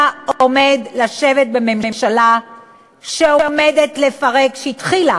אתה עומד לשבת בממשלה שעומדת לפרק, שהתחילה